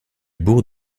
bourg